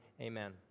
amen